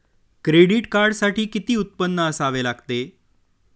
Credit कार्डसाठी किती उत्पन्न असावे लागते?